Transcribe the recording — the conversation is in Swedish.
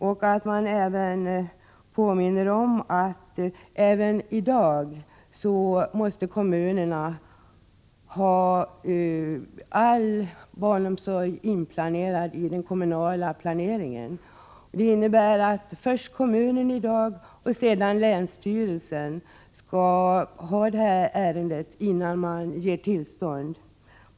Det påpekas att kommunerna även i dag måste ha all barnomsorg infogad i den kommunala planeringen. Det innebär att först kommunen och sedan länsstyrelsen i dag måste behandla ärendet innan man ger tillstånd.